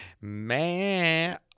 man